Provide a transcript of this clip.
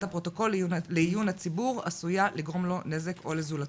הפרוטוקול לעיון הציבור עשויה לגרום לו נזק או לזולתו.